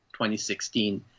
2016